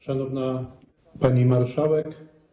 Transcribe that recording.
Szanowna Pani Marszałek!